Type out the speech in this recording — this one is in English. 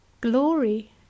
Glory